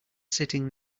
sitting